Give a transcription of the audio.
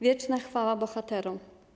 Wieczna chwała bohaterom!